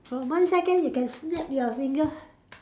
for one second you can snap your finger